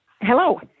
Hello